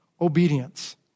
obedience